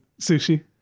sushi